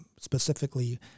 specifically